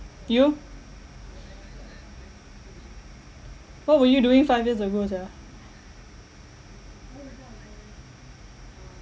you what were you doing five years ago ja